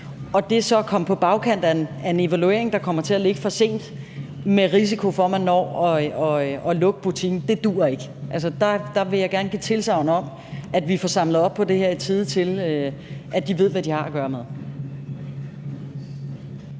At det så er kommet på bagkant af en evaluering, der kommer til at ligge for sent, med risiko for, at man når at lukke butikken, duer ikke. Der vil jeg gerne give tilsagn om, at vi får samlet op på det her i tide, så de ved, hvad de har at gøre med.